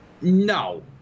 no